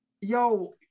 Yo